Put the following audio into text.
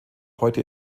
heute